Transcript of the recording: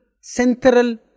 central